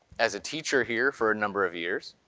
as a teacher here for a number of years,